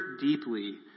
deeply